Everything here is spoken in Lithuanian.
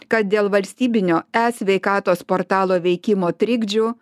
kad dėl valstybinio e sveikatos portalo veikimo trikdžių